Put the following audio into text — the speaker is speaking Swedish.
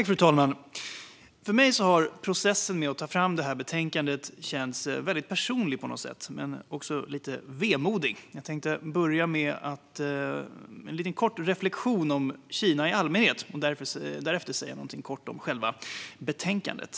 Fru talman! För mig har processen med att ta fram det här betänkandet på något sätt känts väldigt personlig men också lite vemodig. Jag tänkte börja med en liten reflektion om Kina i allmänhet och därefter säga något kort om själva betänkandet.